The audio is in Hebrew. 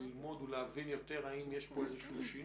כדי ללמוד ולהבין יותר אם יש פה איזה שינוי.